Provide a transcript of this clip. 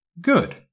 Good